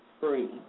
free